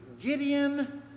Gideon